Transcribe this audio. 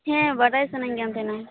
ᱦᱮᱸ ᱵᱟᱰᱟᱭ ᱥᱟ ᱱᱟ ᱧ ᱠᱟᱱ ᱛᱟᱦᱮᱱᱟ